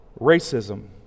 racism